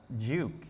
Juke